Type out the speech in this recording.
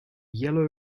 yellow